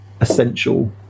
essential